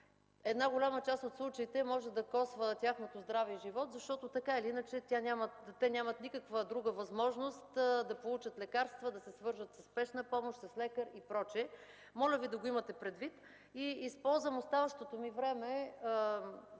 една голяма част от случаите може да коства тяхното здраве и живот, защото така или иначе те нямат никаква друга възможност да получат лекарства, да се свържат със спешна помощ, с лекари и прочее. Моля Ви да го имате предвид. Използвам оставащото ми време